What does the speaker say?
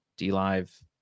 DLive